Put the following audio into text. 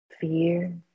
fear